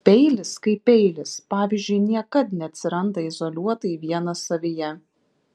peilis kaip peilis pavyzdžiui niekad neatsiranda izoliuotai vienas savyje